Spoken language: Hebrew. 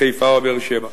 חיפה ובאר-שבע.